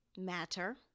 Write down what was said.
matter